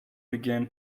began